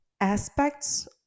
aspects